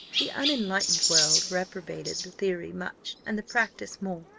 the unenlightened world reprobated the theory much, and the practice more.